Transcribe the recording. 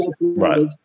Right